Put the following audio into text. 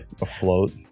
afloat